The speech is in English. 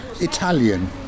Italian